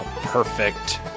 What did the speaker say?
perfect